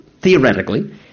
theoretically